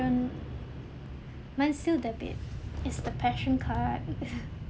mine's still debit it's the passion card